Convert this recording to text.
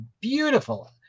beautiful